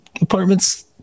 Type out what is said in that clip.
apartment's